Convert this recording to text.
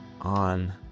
on